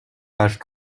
page